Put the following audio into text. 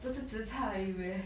这是 zi char 而已 meh